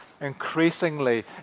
increasingly